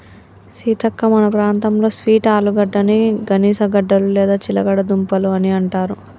సీతక్క మన ప్రాంతంలో స్వీట్ ఆలుగడ్డని గనిసగడ్డలు లేదా చిలగడ దుంపలు అని అంటారు